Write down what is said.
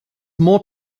more